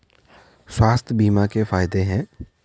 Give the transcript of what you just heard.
स्वास्थ्य बीमा के फायदे हैं?